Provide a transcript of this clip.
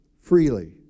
freely